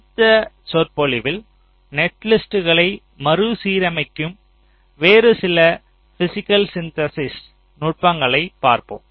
அடுத்த சொற்பொழிவில் நெட்லிஸ்ட்களை மறுசீரமைக்கும் வேறு சில பிஸிக்கல் சிந்தேசிஸ் நுட்பங்களை பார்ப்போம்